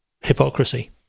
hypocrisy